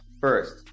first